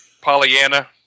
Pollyanna